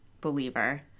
believer